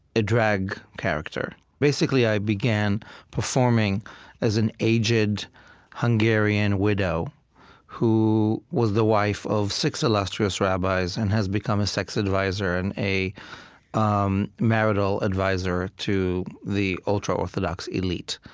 a drag character. basically, i began performing as an aged hungarian widow who was the wife of six illustrious rabbis and has become a sex advisor and a um marital advisor to the ultra-orthodox elite.